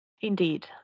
Indeed